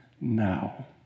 now